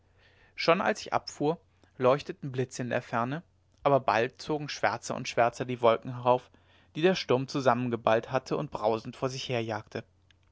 schon als ich abfuhr leuchteten blitze in der ferne aber bald zogen schwärzer und schwärzer die wolken herauf die der sturm zusammengeballt hatte und brausend vor sich her